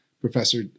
Professor